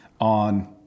on